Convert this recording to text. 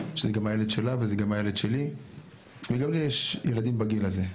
שזה גם הילד שלה וזה גם הילד שלי וגם לנו יש ילדים בגיל הזה.